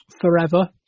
forever